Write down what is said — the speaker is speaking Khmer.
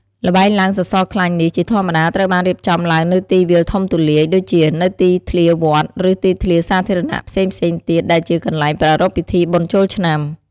ល្បែងឡើងសសរខ្លាញ់នេះជាធម្មតាត្រូវបានរៀបចំឡើងនៅទីវាលធំទូលាយ ដូចជានៅទីធ្លាវត្ត ឬទីតាំងសាធារណៈផ្សេងៗទៀតដែលជាកន្លែងប្រារព្ធពិធីបុណ្យចូលឆ្នាំ។